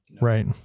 Right